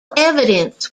evidence